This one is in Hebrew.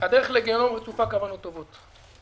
הדרך לגיהינום רצופה כוונות טובות.